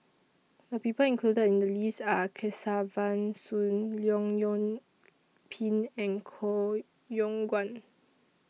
The People included in The list Are Kesavan Soon Leong Yoon Pin and Koh Yong Guan